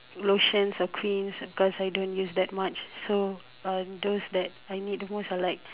lotions or creams because I don't use that much so um those that I need most are like